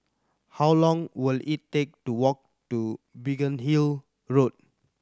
how long will it take to walk to Biggin Hill Road